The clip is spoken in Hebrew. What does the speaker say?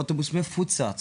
אוטובוס מפוצץ,